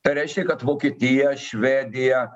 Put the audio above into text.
tai reiškia kad vokietija švedija